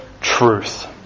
truth